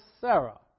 Sarah